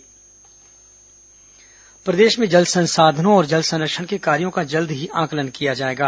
मुख्य सचिव बैठक प्रदेश में जल संसाधनों और जल संरक्षण के कार्यो का जल्द ही आंकलन कराया जाएगा